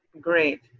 Great